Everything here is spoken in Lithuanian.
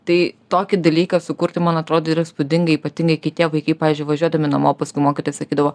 tai tokį dalyką sukurti man atrodo yra įspūdinga ypatingai kai tie vaikai pavyzdžiui važiuodami namo paskui mokytojai sakydavo